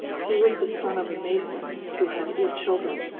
he was the son of a mason, who had eight children,